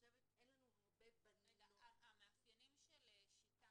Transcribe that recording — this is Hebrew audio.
אין לנו הרבה בנות --- המאפיינים של 'שיטה'